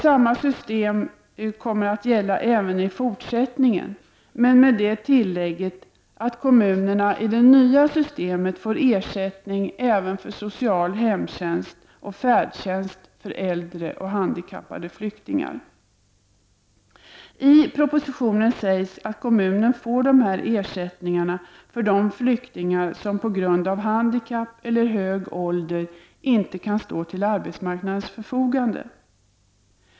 Samma system kommer att gälla även i fortsättningen men med det tillägget att kommunerna i det nya systemet får ersättning även för social hemtjänst och för färdtjänst för äldre och handikappade flyktingar. I propositionen sägs att kommunen får de här ersättningarna för de flyktingar som på grund av handikapp eller hög ålder inte kan stå till arbetsmarknadens förfogande.